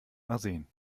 arsen